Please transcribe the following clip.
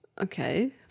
Okay